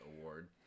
Award